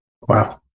Wow